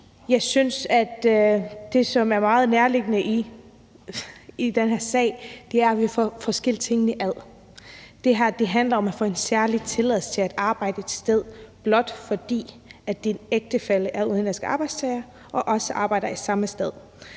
Jeg synes, at det, der er meget nærliggende i den her sag, er, at vi får skilt tingene ad. Det her handler om at få en særlig tilladelse til at arbejde et sted, blot fordi din ægtefælle er udenlandsk arbejdstager og også arbejder samme sted.